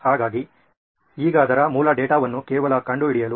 ಹಾಗಾಗಿ ಈಗ ಅದರ ಮೂಲ ಡೇಟಾವನ್ನು ಕೇವಲ ಕಂಡುಹಿಡಿಯಲು